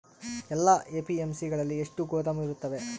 ಎಲ್ಲಾ ಎ.ಪಿ.ಎಮ್.ಸಿ ಗಳಲ್ಲಿ ಎಷ್ಟು ಗೋದಾಮು ಇರುತ್ತವೆ?